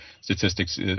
statistics